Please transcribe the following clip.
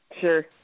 Sure